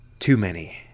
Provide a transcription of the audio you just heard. too many,